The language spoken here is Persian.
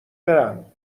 برم